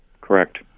Correct